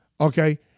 Okay